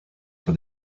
for